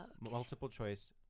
multiple-choice